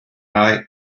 i—i